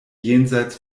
jenseits